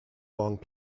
long